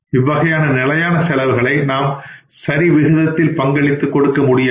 இவ்வகையான நிலையான செலவுகளை நாம் சரிவிகிதத்தில் பங்களித்து கொடுக்கமுடியாது